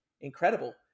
incredible